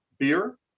Beer